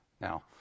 Now